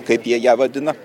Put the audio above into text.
kaip jie ją vadina